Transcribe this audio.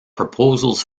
proposals